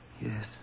Yes